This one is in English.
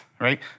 right